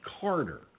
Carter